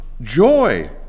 joy